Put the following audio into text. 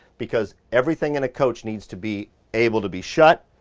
because everything in a coach needs to be able to be shut,